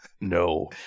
No